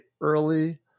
early